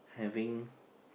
having